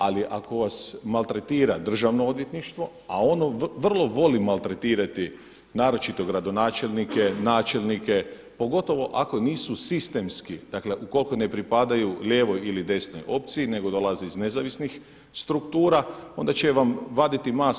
Ali ako vas maltretira Državno odvjetništvo, a ono vrlo voli maltretirati naročito gradonačelnike, načelnike pogotovo ako nisu sistemski, dakle ukoliko ne pripadaju lijevoj ili desnoj opciji nego dolaze iz nezavisnih struktura, onda će vam vaditi mast.